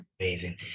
Amazing